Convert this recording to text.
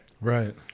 right